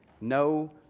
no